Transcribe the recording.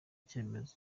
icyemezo